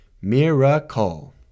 Miracle